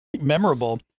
Memorable